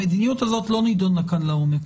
המדיניות הזאת לא נידונה כאן לעומק